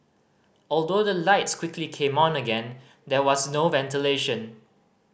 although the lights quickly came on again there was no ventilation